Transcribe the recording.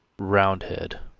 roundhead,